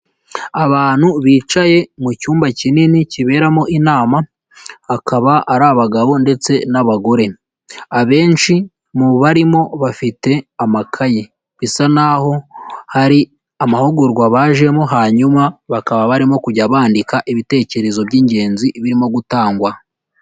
Abantu bicaye mu cyumba kinini kiberamo inama, akaba ari abagabo ndetse n'abagore, abenshi mu barimo bafite amakaye, bisa naho hari amahugurwa bajemo hanyuma bakaba barimo kujya bandika ibitekerezo by'ingenzi birimo gutangwa.